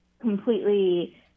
completely